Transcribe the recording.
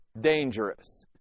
dangerous